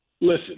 listen